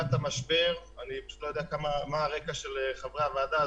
אני לא יודע מה הרקע של חברי הוועדה,